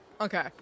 Okay